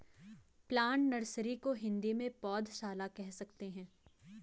plant nursery को हिंदी में पौधशाला कह सकते हैं